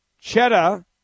Cheddar